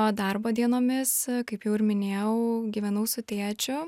o darbo dienomis kaip jau ir minėjau gyvenau su tėčiu